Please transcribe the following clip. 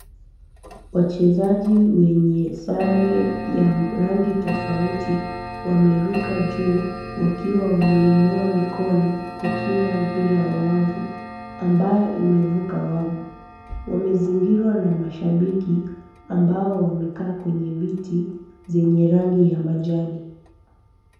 Wachezaji wenye sare ya rangi tofauti wameruka juu wakiwa wameinua mikono kukinga mpira wa wavu ambayo imevuka wavu. Wamezingirwa na mashabiki ambao wamekaa kwenye viti zenye rangi ya majani.